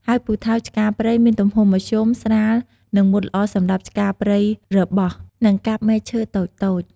ហើយពូថៅឆ្ការព្រៃ មានទំហំមធ្យម ស្រាល និងមុតល្អសម្រាប់ឆ្ការព្រៃរបោះ និងកាប់មែកឈើតូចៗ។